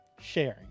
sharing